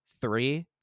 three